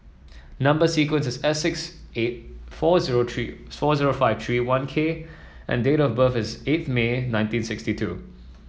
number sequence is S six eight four zero three four zero five three one K and date of birth is eighth May nineteen sixty two